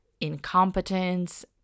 incompetence